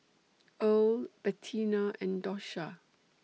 Earle Bettina and Dosha